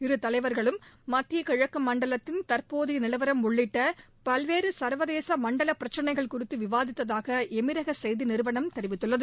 இரு தலைவர்களும் மத்திய கிழக்கு மண்டலத்தின் தற்போதைய நிலவரம் உள்ளிட்ட பல்வேறு சா்வேதச மண்டல பிரச்சினைகள் குறித்து விவாதித்ததாக எமிரக செய்தி நிறுவனம் தெரிவித்துள்ளது